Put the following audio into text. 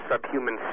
subhuman